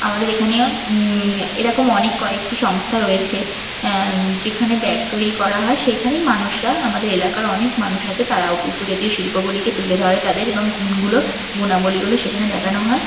আমাদের এখানেও এরকম অনেক কয়েকটি সংস্থা রয়েছে যেখানে ব্যাগ তৈরি করা হয় সেইখানেই মানুষরা আমাদের এলাকার অনেক মানুষ আছে তারা উপজাতীয় শিল্পগুলিকে তুলে ধরে তাদের এবং গুনগুলো গুনাবলীগুলো সেখানে দেখানো হয়